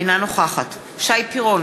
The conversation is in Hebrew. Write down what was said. אינה נוכחת שי פירון,